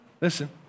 listen